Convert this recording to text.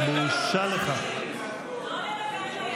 יוצא מאולם המליאה.) לא לדבר עם